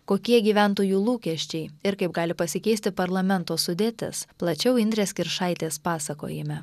kokie gyventojų lūkesčiai ir kaip gali pasikeisti parlamento sudėtis plačiau indrės kiršaitės pasakojime